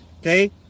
Okay